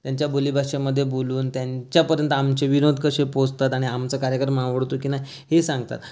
त्यांच्या बोली भाषेमध्ये बोलून त्यांच्यापर्यंत आमचे विनोद कसे पोचतात आणि आमचा कार्यक्रम आवडतो की नाही हे सांगतात